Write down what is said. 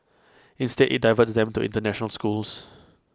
instead IT diverts them to International schools